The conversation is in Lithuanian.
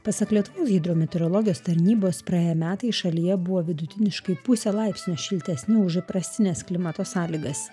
pasak lietuvos hidrometeorologijos tarnybos praėję metai šalyje buvo vidutiniškai puse laipsnio šiltesni už įprastines klimato sąlygas